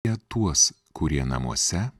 ir tuos kurie namuose